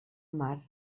mar